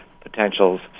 potentials